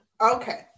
Okay